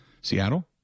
Seattle